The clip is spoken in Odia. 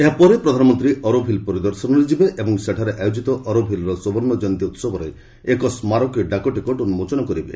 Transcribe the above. ଏହାପରେ ପ୍ରଧାନମନ୍ତ୍ରୀ ଅରୋଭିଲ୍ ପରିଦର୍ଶନରେ ଯିବେ ଏବଂ ସେଠାରେ ଆୟୋଜିତ ଅରୋଭିଲ୍ର ସୁବର୍ଣ୍ଣ ଜୟନ୍ତୀ ଉତ୍ସବରେ ଏକ ସ୍ମାରକୀ ଡାକ ଟିକଟ ଉନ୍କୋଚନ କରିବେ